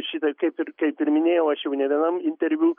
šitą kaip ir kaip ir minėjau aš jau ne vienam interviu